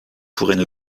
pourraient